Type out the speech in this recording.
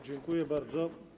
Dziękuję bardzo.